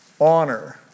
honor